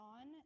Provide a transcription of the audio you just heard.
on